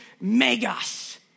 megas